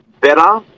better